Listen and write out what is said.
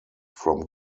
from